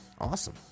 Awesome